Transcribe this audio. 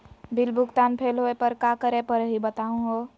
Bill भुगतान fail होवे पर का करै परही, बताहु हो?